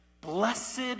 Blessed